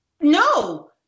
No